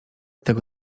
tego